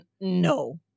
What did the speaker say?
No